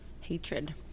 hatred